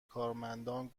کارمندان